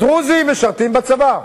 הדרוזים משרתים בצבא?